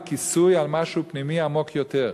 וכיסוי על משהו פנימי עמוק יותר.